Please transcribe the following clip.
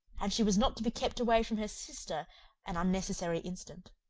and she was not to be kept away from her sister an unnecessary instant.